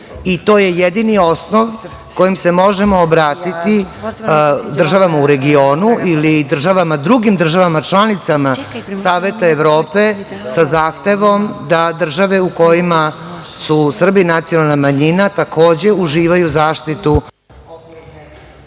To je jedini osnov kojim se možemo vratiti državama u regionu ili drugim državama članicama Saveta Evrope sa zahtevom da države u kojima su Srbi nacionalna manjina, takođe uživaju zaštitu